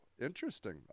interesting